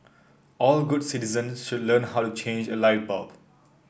all good citizens should learn how to change a light bulb